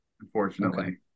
unfortunately